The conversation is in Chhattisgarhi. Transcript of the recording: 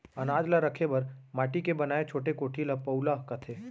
अनाज ल रखे बर माटी के बनाए छोटे कोठी ल पउला कथें